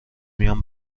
میان